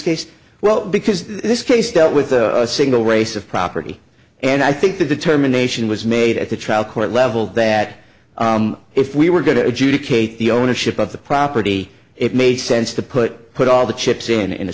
case well because this case dealt with a single race of property and i think the determination was made at the trial court level there that if we were going to adjudicate the ownership of the property it made sense to put put all the chips in in a